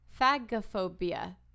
Phagophobia